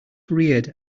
reared